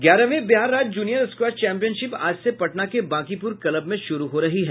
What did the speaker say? ग्यारहवीं बिहार राज्य junior squash championship आज से पटना के बांकीपुर क्लब में शुरू हो रही है